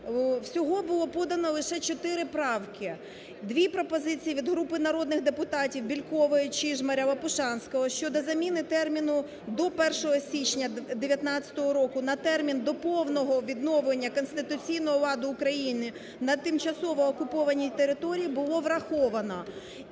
Всього було подано лише чотири правки. Дві пропозиції від групи народних депутатів Бєлькової, Чижмаря, Лопушанського щодо заміни терміна "до 1 січня 19-го року" на термін "до повного відновлення конституційного ладу України на тимчасово окупованій території" було враховано.